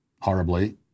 horribly